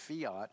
fiat